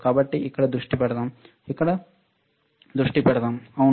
కాబట్టి ఇక్కడ దృష్టి పెడదాం ఇక్కడ దృష్టి పెడదాం సరియైనదా